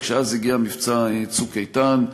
רק שאז הגיע מבצע "צוק איתן"